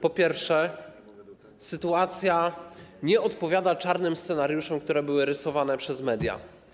Po pierwsze, sytuacja nie odpowiada czarnym scenariuszom, które były rysowane przez media.